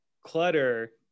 Clutter